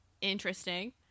interesting